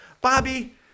Bobby